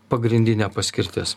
pagrindinė paskirtis